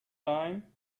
time